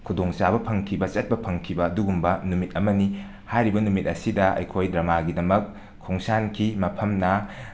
ꯈꯨꯗꯣꯡ ꯆꯥꯕ ꯐꯪꯈꯤꯕ ꯆꯠꯄ ꯐꯪꯈꯤꯕ ꯑꯗꯨꯒꯨꯝꯕ ꯅꯨꯃꯤꯠ ꯑꯃꯅꯤ ꯍꯥꯏꯔꯤꯕ ꯅꯨꯃꯤꯠ ꯑꯁꯤꯗ ꯑꯈꯣꯏ ꯗ꯭ꯔꯃꯥꯒꯤꯗꯃꯛ ꯈꯣꯡꯁꯥꯟꯈꯤ ꯃꯐꯝꯅ